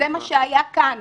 זה מה שהיה כאן.